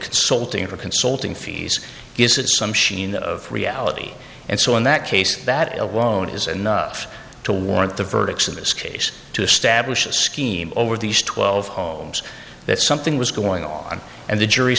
consulting for consulting fees gives it some sheen of reality and so in that case that alone is enough to warrant the verdicts in this case to establish a scheme over these twelve homes that something was going on and the jury